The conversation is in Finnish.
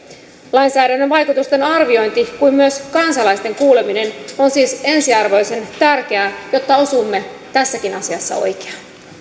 lainsäädännön vaikutusten arviointi kuten myös kansalaisten kuuleminen on siis ensiarvoisen tärkeää jotta osumme tässäkin asiassa oikeaan